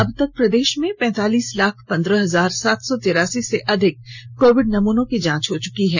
अब तक प्रदेश में पैंतालीस लाख पन्द्रह हजार सात सौ तिरासी से अधिक कोविड नमूनों की जांच हो चुकी है